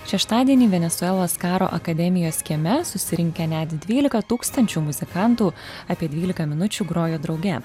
šeštadienį venesuelos karo akademijos kieme susirinkę net dvylika tūkstančių muzikantų apie dvyliką minučių grojo drauge